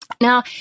now